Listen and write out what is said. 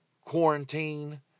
quarantine